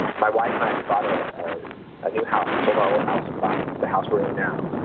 my wife and i we bought a new house we sold our old house and bought the house we are in now,